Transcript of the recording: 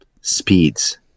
speeds